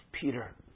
Peter